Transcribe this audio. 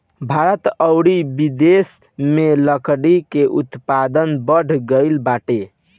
भारत अउरी बिदेस में लकड़ी के उत्पादन बढ़ गइल बाटे